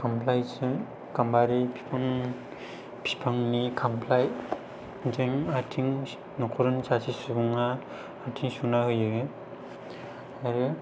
खामफ्लायजों गामबारि बिफांनि खामफ्लायजों आथिं न'खरनि सासे सुबुङा आथिं सुना होयो आरो